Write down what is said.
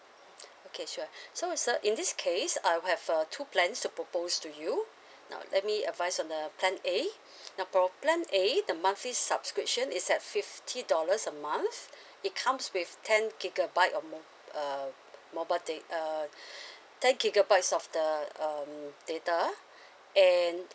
okay sure so sir in this case I'll have uh two plan to propose to you now let me advise on the plan A now for the plan A the monthly subscription is at fifty dollars a month it comes with ten gigabyte of mo~ uh mobile dat~ uh ten gigabytes of the um data and